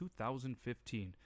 2015